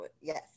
Yes